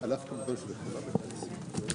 כמו שאתם בוודאי זוכרים,